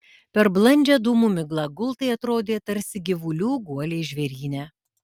per blandžią dūmų miglą gultai atrodė tarsi gyvulių guoliai žvėryne